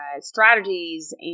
strategies